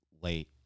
late